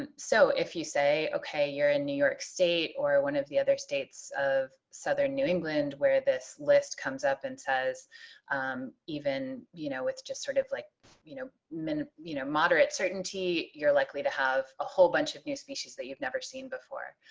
and so if you say okay you're in new york state or one of the other states of southern new england where this list comes up and says even you know it's just sort of like you know you know moderate certainty you're likely to have a whole bunch of new species that you've never seen before